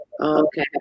okay